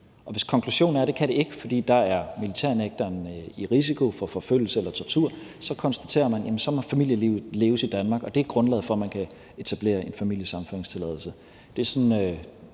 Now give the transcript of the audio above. Og hvis konklusionen er, at det kan det ikke, fordi militærnægtere dér er i risiko for forfølgelse eller tortur, så konstaterer man, at så må familielivet leves i Danmark. Det er grundlaget for, at man kan give en familiesammenføringstilladelse.